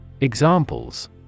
Examples